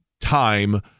time